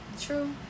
True